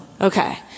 okay